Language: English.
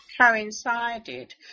coincided